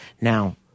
Now